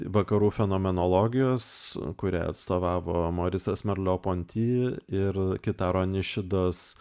vakarų fenomenologijos kurią atstovavo morisas merlo ponti ir kitaro nišidas